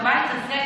בבית הזה,